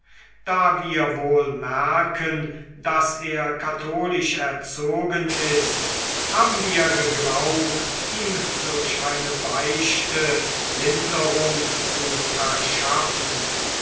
da wir wohl merken daß er katholisch erzogen ist haben wir geglaubt ihm durch eine beichte linderung zu verschaffen